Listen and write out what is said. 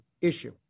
issue